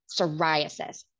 psoriasis